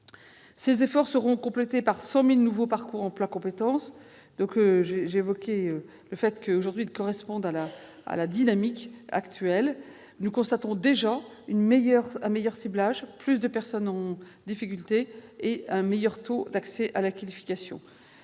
Ces efforts seront complétés par 100 000 nouveaux parcours emploi compétences. Je disais qu'ils correspondent aujourd'hui à la dynamique actuelle. Nous constatons déjà un meilleur ciblage sur les personnes en difficulté et un meilleur taux d'accès à la qualification.